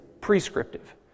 prescriptive